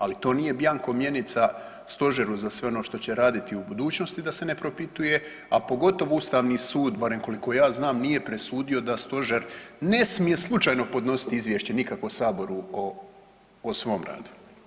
Ali to nije bianco mjenica Stožeru za sve ono što će raditi u budućnosti da se ne propituje, a pogotovo Ustavni sud barem koliko ja znam nije presudio da Stožer ne smije slučajno podnositi izvješće nikakvo Saboru o svom radu.